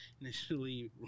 initially